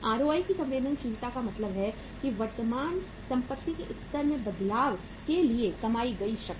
ROI ROI की संवेदनशीलता का मतलब है कि वर्तमान संपत्ति के स्तर में बदलाव के लिए कमाई की शक्ति